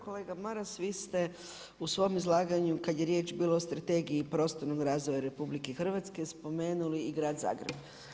Kolega Maras vi ste u svom izlaganju kada je riječ bila o Strategiji prostornog razvoja RH spomenuli i grad Zagreb.